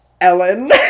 Ellen